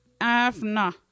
Afna